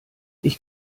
ich